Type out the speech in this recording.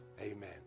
Amen